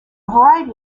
variety